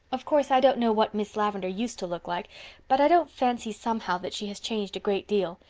of course, i don't know what miss lavendar used to look like but i don't fancy somehow that she has changed a great deal,